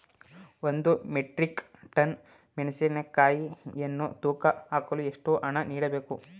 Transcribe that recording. ಒಂದು metric tonne ಮೆಣಸಿನಕಾಯಿಯನ್ನು ತೂಕ ಹಾಕಲು ಎಷ್ಟು ಹಣ ನೀಡಬೇಕು?